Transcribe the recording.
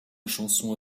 chanson